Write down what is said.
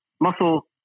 muscle